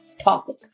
topic